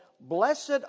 Blessed